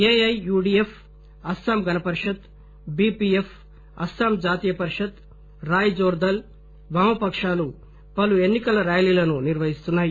AIUDF Assam Ganaparishad BPF Assam Jatiya Parishad Rai Jordal వామపకాలు పలు ఎన్ని కల ర్యాలీలను నిర్వహిస్తున్నాయి